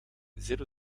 zéro